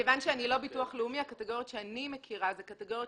כיוון שאני לא ביטוח לאומי הקטגוריות שאני מכירה זה קטגוריות